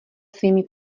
svými